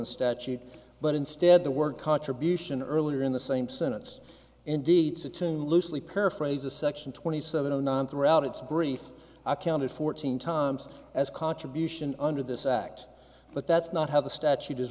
the statute but instead the word contribution earlier in the same sentence indeed said to loosely paraphrase a section twenty seven zero nine throughout its brief i counted fourteen times as a contribution under this act but that's not how the statute is